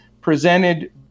presented